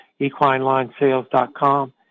equinelinesales.com